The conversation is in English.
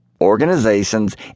organizations